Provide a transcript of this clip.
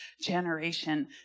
generation